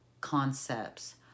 concepts